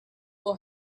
will